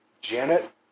Janet